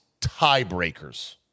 tiebreakers